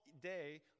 day